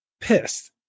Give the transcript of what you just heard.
pissed